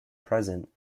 present